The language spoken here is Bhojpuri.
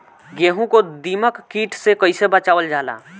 गेहूँ को दिमक किट से कइसे बचावल जाला?